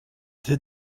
did